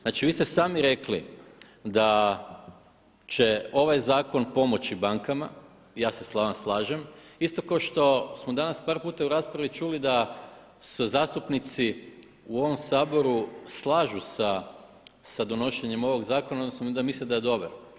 Znači vi ste sami rekli da će ovaj zakon pomoći bankama, ja se s vama slažem, isto kao što smo danas par puta u raspravi čuli da su zastupnici u ovom Saboru slažu sa donošenjem ovog zakona, … misle da je dobar.